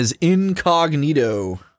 Incognito